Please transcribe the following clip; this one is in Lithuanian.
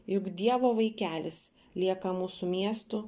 juk dievo vaikelis lieka mūsų miestų